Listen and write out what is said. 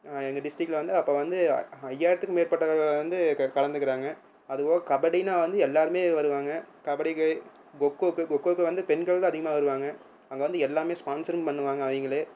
எங்கள் டிஸ்டிக்ட்டில் வந்து அப்போ வந்து ஐயாயிரத்துக்கு மேற்பட்ட வந்து கலந்துக்கிறாங்க அதுவே கபடினா வந்து எல்லோருமே வருவாங்க கபடிக்கு கொக்கோவுக்கு கொக்கோவுக்கு வந்து பெண்கள்தான் அதிகமாக வருவாங்க அங்கே வந்து எல்லாமே ஸ்பான்ஸரும் பண்ணுவாங்க அவங்களே